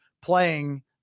playing